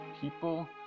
people